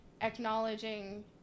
acknowledging